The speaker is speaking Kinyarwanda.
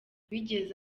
bigeze